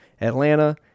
Atlanta